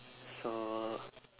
so